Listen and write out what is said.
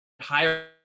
higher